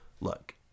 Look